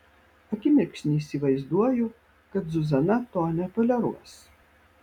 akimirksnį įsivaizduoju kad zuzana to netoleruos